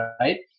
Right